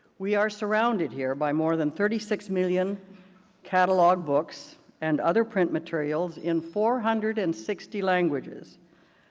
we are surrounded here by more than thirty six million catalog books and other print materials in four hundred and sixty languages.